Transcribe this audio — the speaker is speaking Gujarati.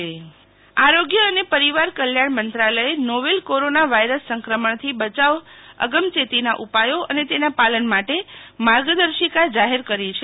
શીતલ વૈશ્નવ હેલ્થ એડવાઈઝરી આરોગ્ય અને પરિવાર કલ્યાણ મંત્રાલયે નોવેલ કોરોના વાયરસ સંક્રમણથી બચાવ અગમચેતીના ઉપાયો અને તેના પાલન માટે માર્ગદર્શિકા જાહેર કરી છે